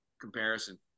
comparison